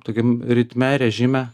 tokiam ritme režime